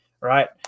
right